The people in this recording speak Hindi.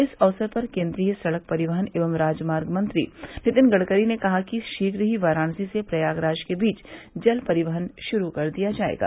इस अवसर पर केन्द्रीय सड़क परिवहन एवं राजमार्ग मंत्री नितिन गडकरी ने कहा कि शीघ्र ही वाराणसी से प्रयागराज के बीच जल परिवहन श्रू कर दिया जायेगा